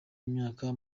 imyaka